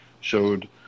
showed